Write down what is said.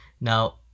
now